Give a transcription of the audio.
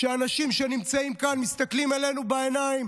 אנשים שנמצאים כאן מסתכלים עלינו בעיניים